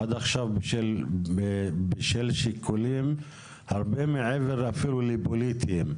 עד עכשיו בשל שיקולים הרבה מעבר אפילו לפוליטיים,